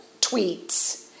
tweets